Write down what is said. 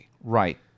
Right